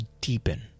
deepen